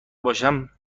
باشم